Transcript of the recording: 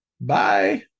Bye